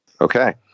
Okay